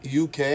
UK